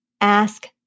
ask